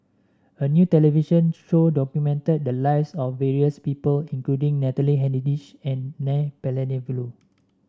a new television show documented the lives of various people including Natalie Hennedige and N Palanivelu